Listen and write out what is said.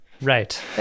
Right